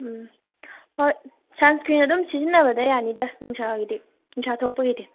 ꯎꯝ ꯍꯣꯏ ꯁꯟꯁꯀ꯭ꯔꯤꯟ ꯑꯗꯨꯝ ꯁꯤꯖꯤꯟꯅꯕꯗ ꯌꯥꯅꯤꯗ ꯅꯨꯡꯁꯥꯒꯤꯗꯤ ꯅꯨꯡꯁꯥ ꯊꯣꯛꯄꯒꯤꯗꯤ